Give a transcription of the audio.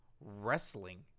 wrestling